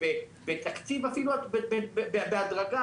אפילו בהדרגה,